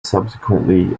subsequently